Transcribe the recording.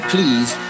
Please